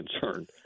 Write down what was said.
concerned